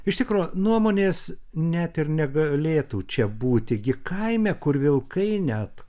iš tikro nuomonės net ir negalėtų čia būti gi kaime kur vilkai net